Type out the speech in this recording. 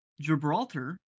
Gibraltar